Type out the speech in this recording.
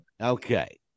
Okay